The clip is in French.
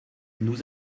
nous